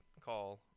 call